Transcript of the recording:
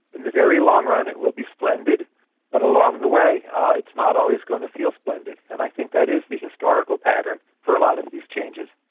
in the very long run it will be splendid but along the way it's not always going to feel splendid, and i think that is the historical pattern for a lot of these changes.